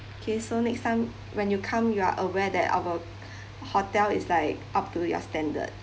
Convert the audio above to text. okay so next time when you come you are aware that our hotel is like up to your standard